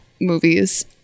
movies